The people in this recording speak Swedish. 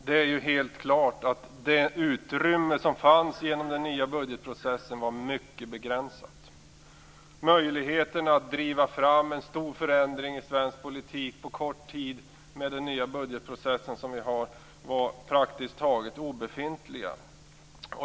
Det är helt klart att det utrymme som fanns genom den nya budgetprocessen var mycket begränsat. Möjligheterna att på kort tid driva fram en stor förändring i svensk politik var med den nya budgetprocessen praktiskt taget obefintliga.